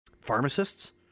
pharmacists